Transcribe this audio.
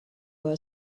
were